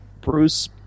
Bruce